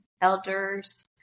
elders